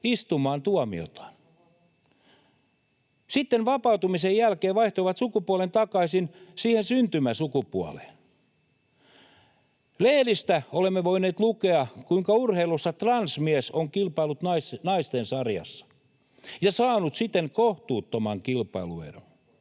[Leena Meri: Oho!] Sitten vapautumisen jälkeen vaihtoivat sukupuolen takaisin siihen syntymäsukupuoleen. Lehdistä olemme voineet lukea, kuinka urheilussa transmies on kilpailut naisten sarjassa ja saanut siten kohtuuttoman kilpailuedun.